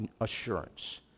assurance